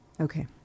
okay